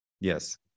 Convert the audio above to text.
Yes